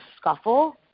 scuffle